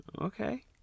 Okay